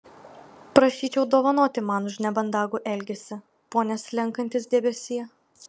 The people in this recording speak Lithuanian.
prašyčiau dovanoti man už nemandagų elgesį pone slenkantis debesie